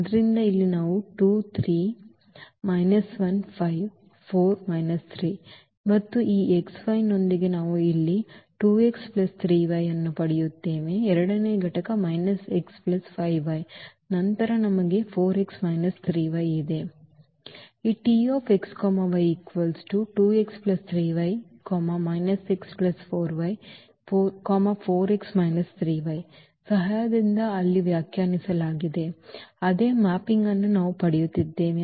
ಆದ್ದರಿಂದ ಇಲ್ಲಿ ನಾವು ಮತ್ತು ಈ x y ನೊಂದಿಗೆ ನಾವು ಇಲ್ಲಿ 2x3y ಅನ್ನು ಪಡೆಯುತ್ತೇವೆ ಎರಡನೇ ಘಟಕ x5y ನಂತರ ನಮಗೆ 4x 3y ಇದೆ ಈ T x y 2x3y x5y 4x 3y ಸಹಾಯದಿಂದ ಅಲ್ಲಿ ವ್ಯಾಖ್ಯಾನಿಸಲಾದ ಅದೇ ಮ್ಯಾಪಿಂಗ್ ಅನ್ನು ನಾವು ಪಡೆಯುತ್ತಿದ್ದೇವೆ